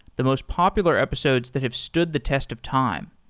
the most popular episodes that have stood the test of time.